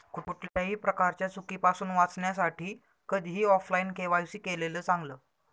कुठल्याही प्रकारच्या चुकीपासुन वाचण्यासाठी कधीही ऑफलाइन के.वाय.सी केलेलं चांगल